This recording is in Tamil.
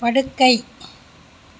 படுக்கை